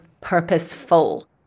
purposeful